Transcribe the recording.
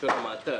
בלשון המעטה,